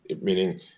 meaning